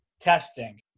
testing